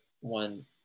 one